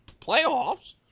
Playoffs